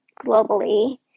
globally